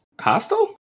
Hostile